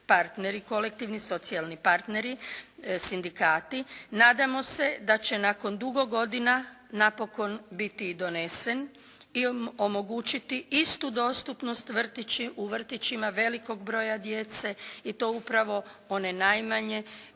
kolektivni, socijalni partneri, sindikati. Nadamo se da će nakon dugo godina napokon biti i donesen i omogućiti istu dostupnost u vrtićima velikog broja djece i to upravo one najmanje